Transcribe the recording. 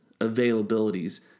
availabilities